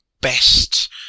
best